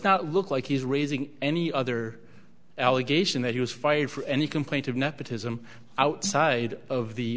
not look like he is raising any other allegation that he was fired for any complaint of nepotism outside of the